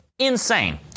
insane